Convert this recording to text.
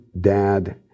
dad